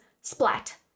splat